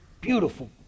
beautiful